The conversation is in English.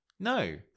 No